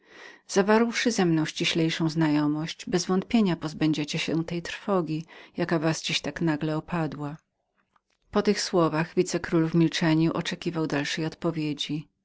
bezwątpienia zabrawszy ze mną ściślejszą znajomość pozbędziecie się tej trwogi jaka was dziś tak nagle napadła po tych słowach wicekról w milczeniu oczekiwał naszej odpowiedzi